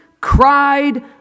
cried